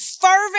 fervent